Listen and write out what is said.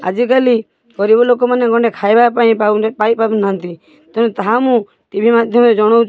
ଆଜିକାଲି ଗରିବ ଲୋକମାନେ ଗଣ୍ଡେ ଖାଇବା ପାଇଁ ପାଇପାରୁ ନାହାଁନ୍ତି ତେଣୁ ତାହା ମୁଁ ଟି ଭି ମାଧ୍ୟମରେ ଜଣଉଛି